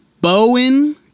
Bowen